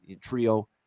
trio